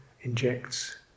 injects